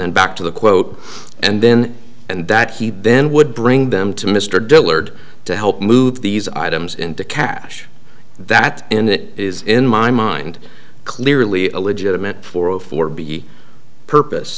then back to the quote and then and that he then would bring them to mr dillard to help move these items into cash that in it is in my mind clearly illegitimate for a for b purpose